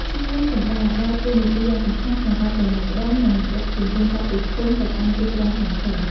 ឈ្មួញកណ្តាល ដើរតួនាទីយ៉ាងសំខាន់ក្នុងការប្រមូលផ្តុំ និងដឹកជញ្ជូនសត្វពីភូមិទៅកាន់ទីក្រុងធំៗ។